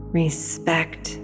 respect